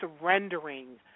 surrendering